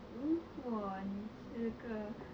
如果你是个